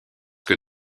que